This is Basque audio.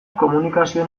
komunikazioen